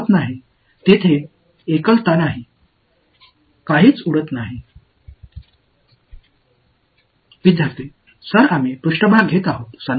எனவே மோசமான எதுவும் நடக்காத ஒரு சமன்பாட்டிற்கு வந்தால் ஒருமைப்பாடு எதுவும் இல்லை